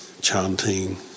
chanting